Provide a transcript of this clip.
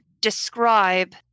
describe